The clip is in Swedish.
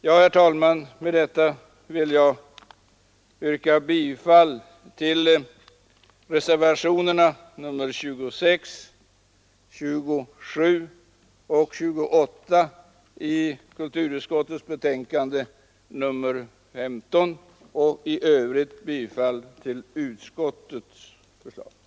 Herr talman! Med detta vill jag yrka bifall till reservationerna nr 26, 27 och 28 i kulturutskottets betänkande nr 15 och i övrigt bifall till utskottets förslag.